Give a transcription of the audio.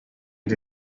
the